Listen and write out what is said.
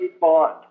Bond